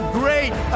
great